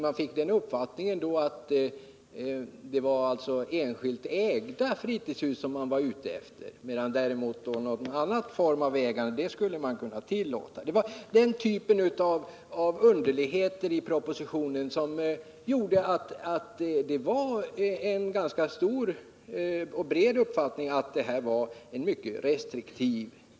Man fick den uppfattningen att det var enskilt ägda fritidshus som därvid åsyftades. Annan form av ägande skulle däremot kunna tillåtas. Den typen av underligheter i propositionen gjorde att man ganska allmänt hade den uppfattningen att propositionen var mycket restriktiv.